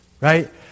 Right